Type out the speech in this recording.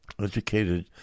educated